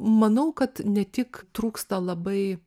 manau kad ne tik trūksta labai